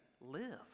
live